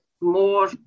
more